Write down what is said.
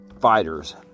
fighters